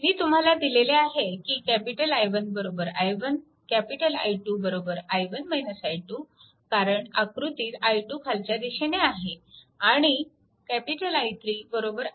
मी तुम्हाला दिलेले आहे की I1 i1 I2 i1 i2 कारण आकृतीत I2 खालच्या दिशेने आहे आणि I3 i2